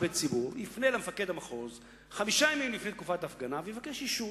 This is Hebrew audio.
יפנה למפקד המחוז חמישה ימים לפני תקופת ההפגנה ויבקש אישור.